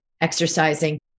exercising